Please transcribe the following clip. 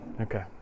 Okay